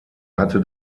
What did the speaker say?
hatte